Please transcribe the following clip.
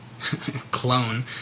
clone